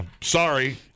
Sorry